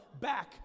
back